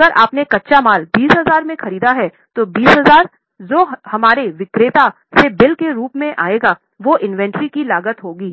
अगर आपने कच्चा माल 20000 में ख़रीदा है तो 20000 जो हमारे विक्रेता से बिल के रूप में आएगा वो इन्वेंट्री की लागत होगी